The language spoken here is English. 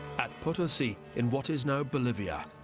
at potosi, in what is now bolivia,